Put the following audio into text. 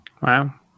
Wow